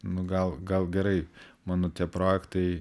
nu gal gal gerai mano tie projektai